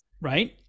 Right